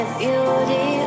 beauty